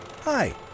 Hi